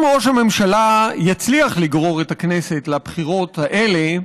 אם ראש הממשלה יצליח לגרור את הכנסת לבחירות האלה,